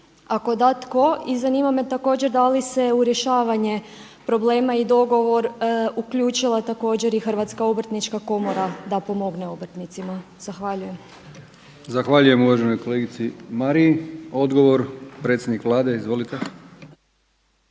Ako da, tko? I zanima me također da li se u rješavanje problema i dogovor uključila također i Hrvatska obrtnička komora da pomogne obrtnicima. Zahvaljujem. **Brkić, Milijan (HDZ)** Zahvaljujem uvaženoj kolegici Mariji. Odgovor predsjednik Vlade. Izvolite.